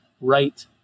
right